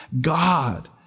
God